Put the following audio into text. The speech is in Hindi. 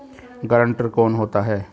गारंटर कौन होता है?